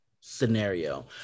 scenario